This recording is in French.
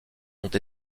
ont